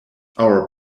our